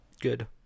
Good